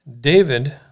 David